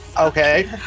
Okay